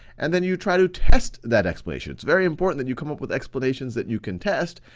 and then you try to test that explanation. it's very important that you come up with explanations that you can test,